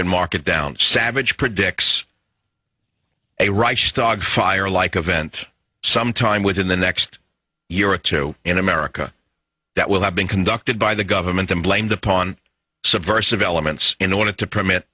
can mark it down savage predicts a rice dog fire like event some time within the next year or two in america that will have been conducted by the government and blamed upon subversive elements in order to permit